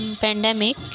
pandemic